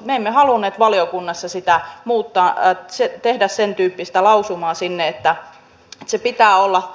me emme halunneet valiokunnassa tehdä sentyyppistä lausumaa sinne että sen pitää olla